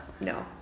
No